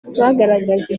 bagaragaje